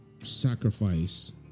sacrifice